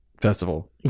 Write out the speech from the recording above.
festival